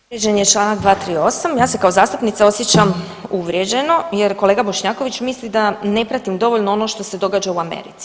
Povrijeđen je Članak 238., ja se kao zastupnica osjećam uvrijeđeno jer kolega Bošnjaković misli da ne pratim dovoljno ono što se događa u Americi.